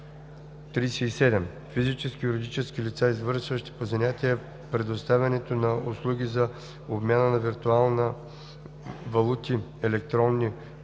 „37. физически и юридически лица, извършващи по занятие предоставянето на услуги за обмяна на виртуални валути/електронни пари